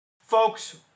Folks